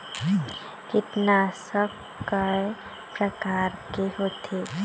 कीटनाशक कय प्रकार के होथे?